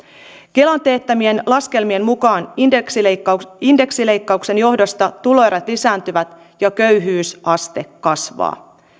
kelan teettämien laskelmien mukaan indeksileikkauksen indeksileikkauksen johdosta tuloerot lisääntyvät ja köyhyysaste kasvaa